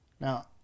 Now